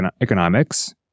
economics